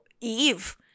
Eve